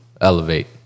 elevate